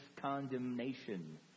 condemnation